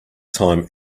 time